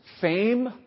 fame